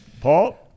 Paul